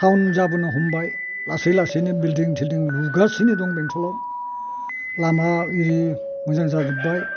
town जाबोनो हमबाय लासै लासैनो बिल्डिं थिलदिं लुगासिनो दं बेंथलाव लामा इरि मोजां जाजोबबाय